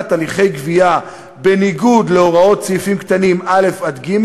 הליכי גבייה בניגוד להוראות סעיפים קטנים (א) (ג),